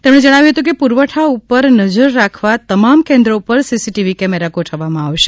તેમણે જણાવ્યું હતું કે પૂરવઠા ઉપર નજર રાખવા તમામ કેન્દ્રો ઉપર સીસીટીવી કેમેરા ગોઠવવામાં આવશે